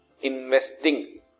investing